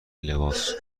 لباس